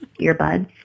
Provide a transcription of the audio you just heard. earbuds